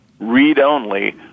read-only